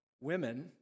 women